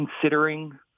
considering